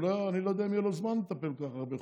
אני לא יודע אם יהיה לו זמן לטפל בכל כך הרבה חוקים.